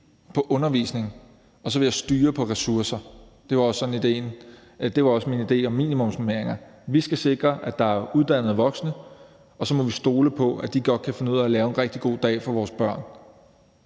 på undervisning, og så vil jeg styre på ressourcer. Det var også min idé om minimumsnormeringer. Vi skal sikre, at der er uddannede voksne, og så må vi stole på, at de godt kan finde ud af at lave en rigtig god dag for vores børn.